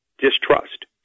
Distrust